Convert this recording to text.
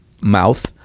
mouth